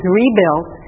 rebuilt